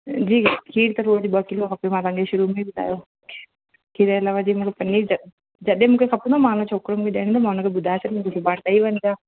जी खीर त रोज ॿ किलो खपे मां तव्हांखे शुरूअ में ई ॿुधायो खीर जे अलावा मूंखे पनीर त जॾहिं मूंखे खपंदो मां उन छोकिरे मूंखे ॾियण ईंदो मां हुनखे ॿुधाए छॾींदमि सुभणे ॾई वञ जाइं